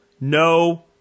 no